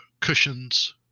cushions